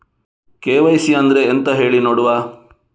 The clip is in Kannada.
ಕೆ.ವೈ.ಸಿ ಅಂದ್ರೆ ಎಂತ ಹೇಳಿ ನೋಡುವ?